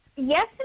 Yes